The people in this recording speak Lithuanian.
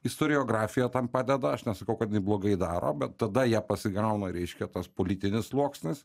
istoriografija tam padeda aš nesakau kad jinai blogai daro bet tada ją pasigauna reiškia tas politinis sluoksnis